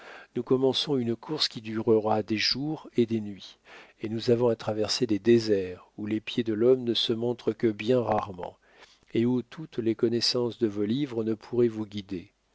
nous commençons une course qui durera des jours et des nuits et nous avons à traverser des déserts où les pieds de l'homme ne se montrent que bien rarement et où toutes les connaissances de vos livres ne pourraient vous guider